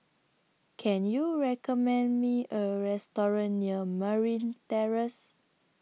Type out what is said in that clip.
Can YOU recommend Me A Restaurant near Merryn Terrace